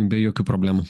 be jokių problemų